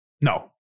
No